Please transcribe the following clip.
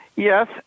Yes